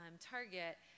target